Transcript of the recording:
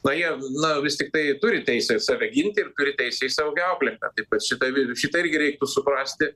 na jie na vis tiktai turi teisę save ginti ir turi teisę į saugią aplinką taip kad šitą šitą irgi reiktų suprasti